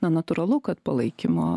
na natūralu kad palaikymo